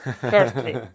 firstly